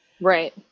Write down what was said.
Right